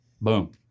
Boom